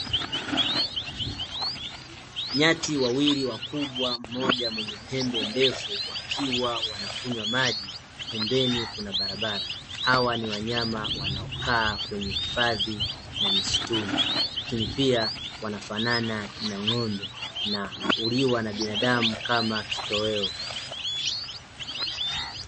Nyati wawili wakubwa, mmoja mwenye pembe ndefu wakiwa wanakunywa maji, pembeni kuna barabara. Hawa ni wanyama wanaokaa kwenye hifadhi na misituni, lakini pia wanafanana na ng'ombe na huliwa na binadamu kama kitoweo.